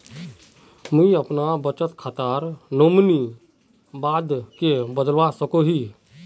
मुई अपना बचत खातार नोमानी बाद के बदलवा सकोहो ही?